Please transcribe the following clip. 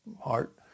heart